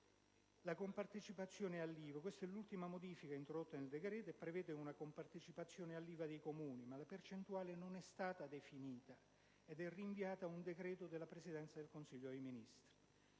La compartecipazione all'IVA è l'ultima modifica introdotta dal decreto. È prevista una compartecipazione all'IVA dei Comuni, ma la percentuale non è stata definita ed è rinviata ad un decreto della Presidenza del Consiglio dei ministri.